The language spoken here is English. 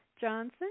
Johnson